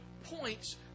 Points